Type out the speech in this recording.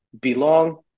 belong